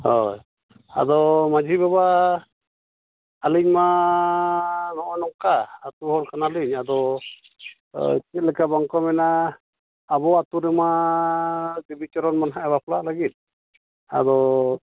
ᱦᱳᱭ ᱟᱫᱚ ᱢᱟᱺᱡᱷᱤ ᱵᱟᱵᱟ ᱟᱹᱞᱤᱧᱢᱟᱻ ᱱᱚᱜᱼᱚ ᱱᱚᱝᱠᱟ ᱟᱛᱳ ᱦᱚᱲ ᱠᱟᱱᱟᱞᱤᱧ ᱟᱫᱚ ᱪᱮᱫ ᱞᱮᱠᱟ ᱵᱟᱝᱠᱚ ᱢᱮᱱᱟ ᱟᱵᱚ ᱟᱛᱳ ᱨᱮᱢᱟ ᱫᱮᱵᱤᱪᱚᱨᱚᱱ ᱢᱟᱱᱦᱟᱜ ᱮ ᱵᱟᱯᱞᱟᱜ ᱞᱟᱹᱜᱤᱫ ᱟᱫᱚ